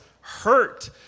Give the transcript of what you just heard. hurt